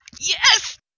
Yes